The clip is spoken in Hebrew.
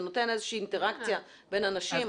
זה נותן איזושהי אינטראקציה בין אנשים,